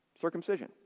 Circumcision